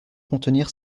contenir